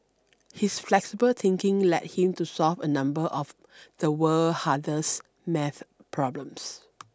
his flexible thinking led him to solve a number of the world's hardest math problems